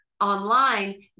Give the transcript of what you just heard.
online